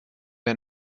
der